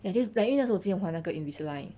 like just like 因为那时侯我之前还那个 invisalign